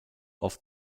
auf